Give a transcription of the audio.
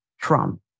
Trump